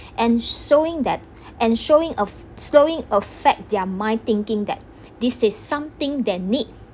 and showing that and showing of showing affect their mind thinking that this is something they need